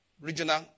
regional